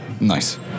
Nice